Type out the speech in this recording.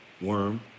worm